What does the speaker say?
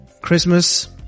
christmas